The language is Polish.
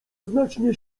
znacznie